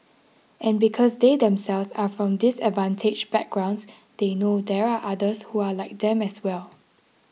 and because they themselves are from disadvantaged backgrounds they know there are others who are like them as well